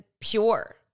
pure